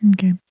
Okay